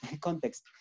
context